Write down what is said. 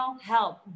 help